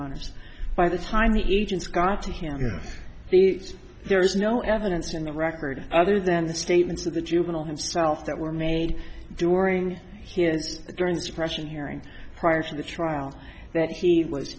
honour's by the time the agents got to him there is no evidence in the record other than the statements of the juvenile himself that were made during his during the suppression hearing prior to the trial that he was